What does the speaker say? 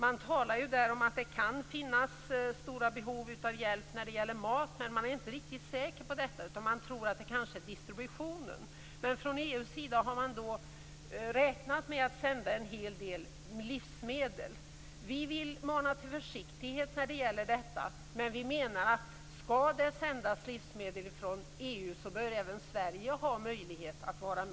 Det talas om att det där kan finnas stora behov av hjälp med mat, men man är inte riktigt säker på om det beror på distributionen. Från EU har man räknat med att sända en hel del livsmedel. Vi vill mana till försiktighet, men om man skall sända livsmedel från EU så bör även Sverige ha möjlighet att delta.